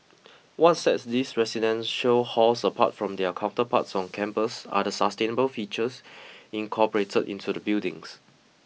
what sets these residential halls apart from their counterparts on campus are the sustainable features incorporated into the buildings